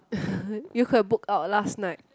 you could have booked out last night